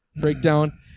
breakdown